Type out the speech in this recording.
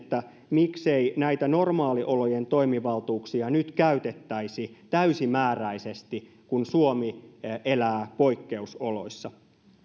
miksei näitä normaaliolojen toimivaltuuksia nyt käytettäisi täysimääräisesti kun suomi elää poikkeusoloissa